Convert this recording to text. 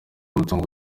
umutungo